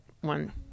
one